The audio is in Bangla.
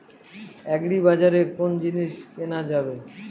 আগ্রিবাজারে কোন জিনিস কেনা যাবে?